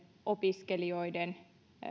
opiskelijoiden